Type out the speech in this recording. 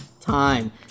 time